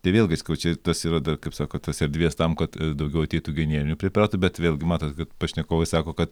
tai vėlgi sakau čia tas yra dar kaip sako tos erdvės tam kad daugiau ateitų generinių preparatų bet vėlgi matot kad pašnekovas sako kad